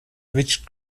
which